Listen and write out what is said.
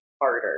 harder